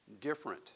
different